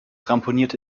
ramponierte